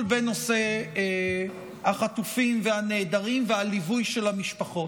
בנושא החטופים והנעדרים והליווי של המשפחות.